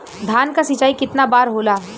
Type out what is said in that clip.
धान क सिंचाई कितना बार होला?